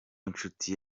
inshuti